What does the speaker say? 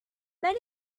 many